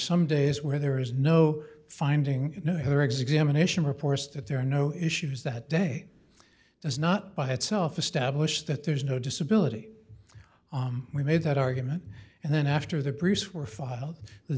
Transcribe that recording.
some days where there is no finding no her examination reports that there are no issues that day does not by itself establish that there's no disability we made that argument and then after the priest were filed the